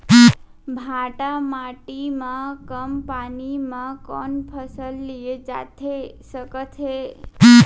भांठा माटी मा कम पानी मा कौन फसल लिए जाथे सकत हे?